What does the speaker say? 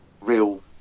real